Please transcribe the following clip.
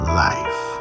life